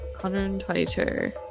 122